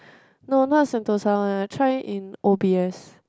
no not Sentosa one I try in O_B_S